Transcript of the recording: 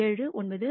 679 1